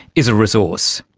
is a resource.